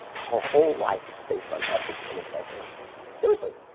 her whole life is based on ethics and integrity seriously,